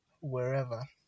wherever